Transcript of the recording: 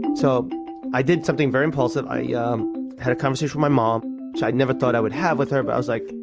so but i did something very impulsive, i yeah had a conversation with my mom, which i never thought i would have with her, but i was like,